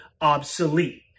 obsolete